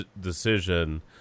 decision